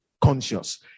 conscious